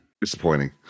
disappointing